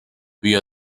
via